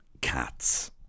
Cats